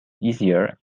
easier